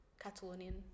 Catalonian